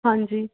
ਹਾਂਜੀ